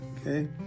okay